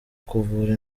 kuvura